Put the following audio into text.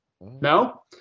No